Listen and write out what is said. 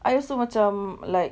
I also macam like